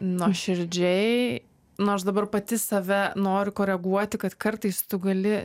nuoširdžiai nu aš dabar pati save noriu koreguoti kad kartais tu gali